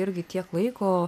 irgi tiek laiko